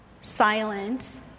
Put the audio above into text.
silent